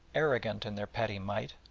arrogant in their petty might,